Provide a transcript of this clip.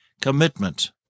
commitment